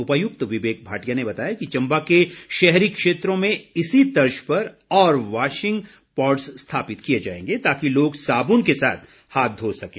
उपायुक्त विवेक भाटिया ने बताया कि चम्बा के शहरी क्षेत्रों में इसी तर्ज पर और वॉशिंग पॉड्स स्थापित किए जाएंगे ताकि लोग साबुन के साथ हाथ धो सकें